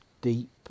deep